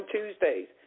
Tuesdays